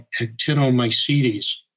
actinomycetes